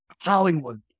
Hollywood